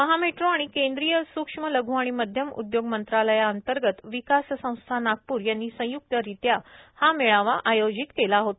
महामेट्रो आणि केंद्रीय सूक्ष्म लघ् आणि मध्यम उद्योग मंत्रालयांतर्गत विकास संस्था नागपूर यांनी संयुक्तरित्या हा मेळावा आयोजित केला होता